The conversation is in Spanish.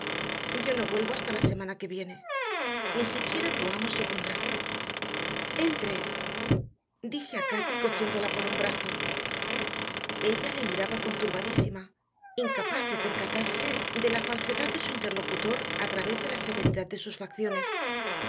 yo no vuelvo hasta la semana que viene ni siquiera tu amo se opondrá entre dije a cati cogiéndola por un brazo ella le miraba conturbadísima incapaz de percatarse de la falsedad de su interlocutor a través de la severidad de sus facciones